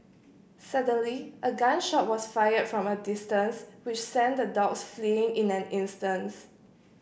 suddenly a gun shot was fired from a distance which sent the dogs fleeing in an instance